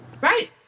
Right